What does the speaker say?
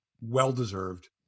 well-deserved